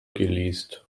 geleast